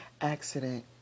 accident